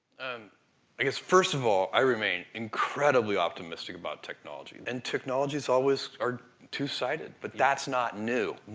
and i guess, first of all, i remain incredibly optimistic about technology, and technologies always are two-sided. but that's not new.